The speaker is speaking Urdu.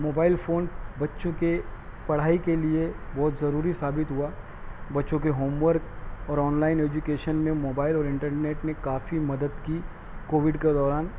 موبائل فون بچوں کے پڑھائی کے لیے بہت ضروری ثابت ہوا بچوں کے ہوم ورک اور آن لائن ایجوکیشن میں موبائل اور انٹرنیٹ نے کافی مدد کی کووڈ کے دوران